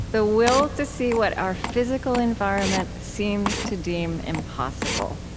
the will to see what our physical environment seems to deem impossible.